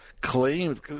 claimed